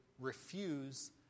refuse